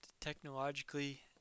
technologically